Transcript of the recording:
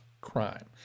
crime